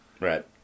Right